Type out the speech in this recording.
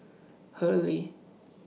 Hurley